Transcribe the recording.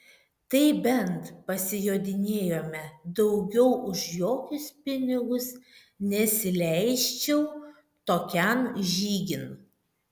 tai bent pasijodinėjome daugiau už jokius pinigus nesileisčiau tokian žygin